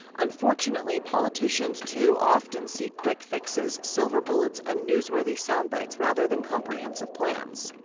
unfortunately, politicians too often seek quick fixes, silver bullets, and newsworthy sound bites rather than comprehensive plans.